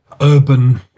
urban